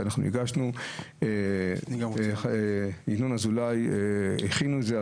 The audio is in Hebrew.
הסתייגויות שהגשנו, וינון אזולאי הכין את זה.